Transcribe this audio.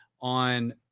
on